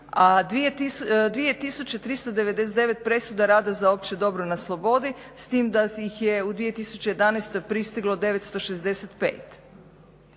a 2399 presuda rada za opće dobro na slobodi s tim da je ih je u 2011. pristiglo 965.